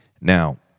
Now